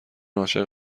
عاشق